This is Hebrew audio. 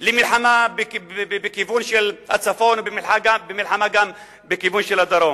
למלחמה בכיוון של הצפון ולמלחמה גם בכיוון של הדרום.